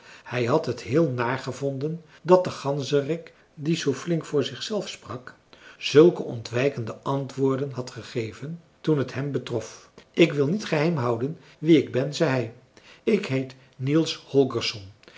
hij had het heel naar gevonden dat de ganzerik die zoo flink voor zichzelf sprak zulke ontwijkende antwoorden had gegeven toen het hem betrof ik wil niet geheim houden wie ik ben zei hij ik heet niels holgersson